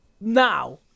Now